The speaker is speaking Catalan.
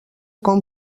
com